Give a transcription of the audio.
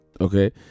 okay